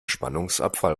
spannungsabfall